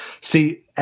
See